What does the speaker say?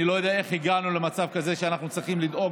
אני לא יודע איך הגענו למצב כזה שאנחנו צריכים לדאוג